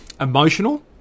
emotional